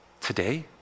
today